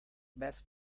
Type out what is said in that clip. best